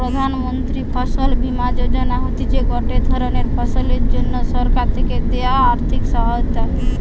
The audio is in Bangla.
প্রধান মন্ত্রী ফসল বীমা যোজনা হতিছে গটে ধরণের ফসলের জন্যে সরকার থেকে দেয়া আর্থিক সহায়তা